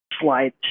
slide